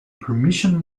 permission